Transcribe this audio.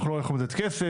אנחנו לא יכולים לתת כסף,